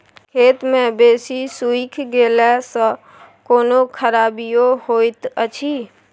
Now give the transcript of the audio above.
खेत मे बेसी सुइख गेला सॅ कोनो खराबीयो होयत अछि?